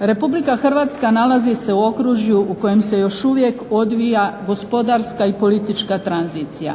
Republika Hrvatska nalazi se u okružju u kojem se još uvijek odvija gospodarska i politička tranzicija.